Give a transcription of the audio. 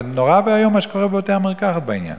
זה נורא ואיום מה שקורה בבתי-המרקחת בעניין.